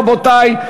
רבותי,